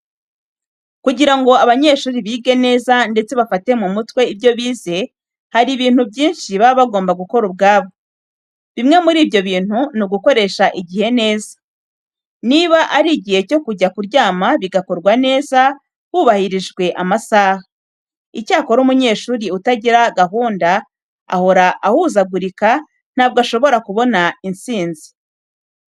Kugira ngo abanyeshuri bige neza ndetse bafate mu mutwe ibyo bize, hari ibintu byinshi baba bagomba gukora ubwabo. Bimwe muri ibyo bintu ni ugukoresha igihe neza. Niba ari igihe cyo kujya kuryama bigakorwa neza hubahirijwe amasaha. Icyakora umunyeshuri utagira gahunda uhora uhuzagurika ntabwo ashobora kubona intsinzi.